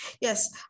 yes